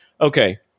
okay